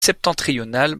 septentrionale